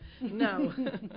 No